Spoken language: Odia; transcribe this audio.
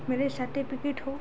ମ୍ୟାରେଜ୍ ସାର୍ଟିଫିକେଟ୍ ହଉ